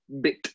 bit